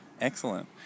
Excellent